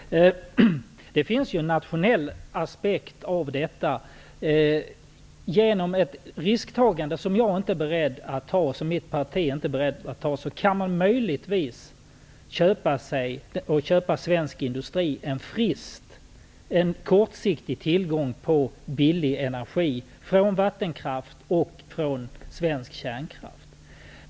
Herr talman! Det finns en nationell aspekt i detta. Genom ett risktagande som vårt parti inte är berett att ta kan man möjligtvis köpa svensk industri en frist, en kortsiktig tillgång på billig energi från vattenkraft och svensk kärnkraft.